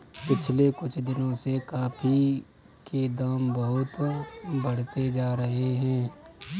पिछले कुछ दिनों से कॉफी के दाम बहुत बढ़ते जा रहे है